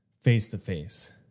face-to-face